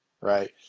Right